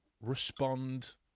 respond